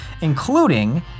including